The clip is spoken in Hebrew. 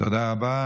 תודה רבה.